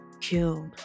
killed